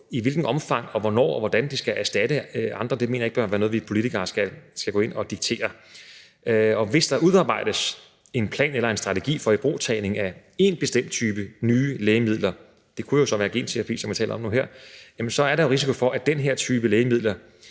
i hvilket omfang og hvornår og hvordan det skal erstatte andre behandlinger, mener jeg ikke bør være noget, vi politikere skal gå ind og diktere. Hvis der udarbejdes en plan eller en strategi for ibrugtagning af én bestemt type nyt lægemiddel – det kunne jo så være genterapi, som vi taler om nu her – så er der jo risiko for, at den her type lægemiddel